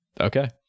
Okay